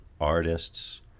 artists